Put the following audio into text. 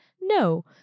No